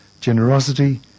Generosity